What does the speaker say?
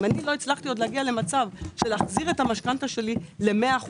אם לא הצלחתי עוד להגיע למצב של להחזיר את המשכנתה שלי ל-100%,